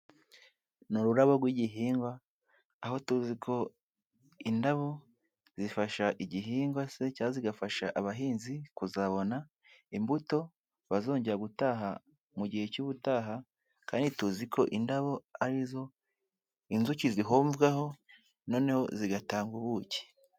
Ni ururabo rw'igihingwa, aho tuzi ko indabo zifasha igihingwa se cya zigafasha abahinzi kuzabona imbuto bazongera gutaha mu gihe cy'ubutaha, kandi tuzi ko indabo ari zo inzuki zihomvwaho noneho zigatanga ubuki.